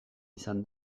izan